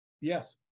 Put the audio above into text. Yes